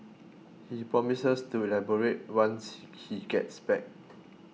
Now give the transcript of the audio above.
he promises to elaborate once he gets back